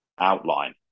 outline